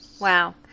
wow